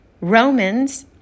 Romans